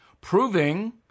proving